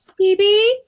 bb